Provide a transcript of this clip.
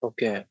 Okay